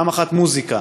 פעם אחת מוזיקה.